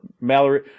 Mallory